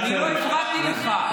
אני לא הפרעתי לך.